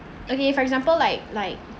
okay for example like like